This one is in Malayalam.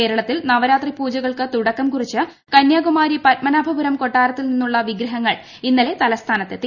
കേരളത്തിൽ നവരാത്രി പൂജകൾക്ക് തുടക്കം കുറിച്ച് കന്യാകുമാരി പദ്മനാഭപുരം കൊട്ടാരത്തിൽ നിന്നുള്ള വിഗ്രഹങ്ങൾ ഇന്നലെ തലസ്ഥാനത്തെത്തി